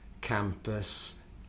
campus